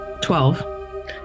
Twelve